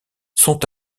sont